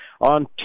on